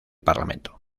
parlamento